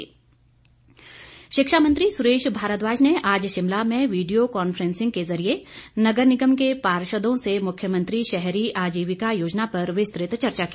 शिक्षा मंत्री शिक्षा मंत्री सुरेश भारद्वाज ने आज शिमला में वीडियो कॉन्फ्रेंसिंग के जरिए नगर निगम के पार्षदों से मुख्यमंत्री शहरी आजीविका योजना पर विस्तृत चर्चा की